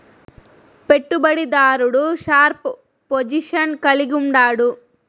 పెట్టుబడి దారుడు sharp position కలిగుండాడు